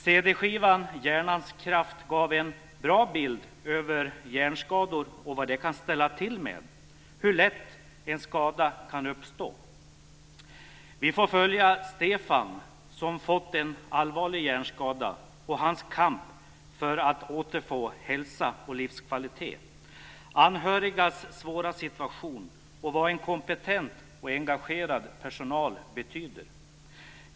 Cd-skivan Hjärnans kraft gav en bra bild över hjärnskador och vad de kan ställa till med, hur lätt en skada kan uppstå. Vi får följa Stefan, som fått en allvarlig hjärnskada, och hans kamp för att återfå hälsa och livskvalitet, anhörigas svåra situation och vad en kompetent och engagerad personal betyder.